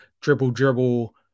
dribble-dribble